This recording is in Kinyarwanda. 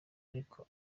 ariko